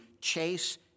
Chase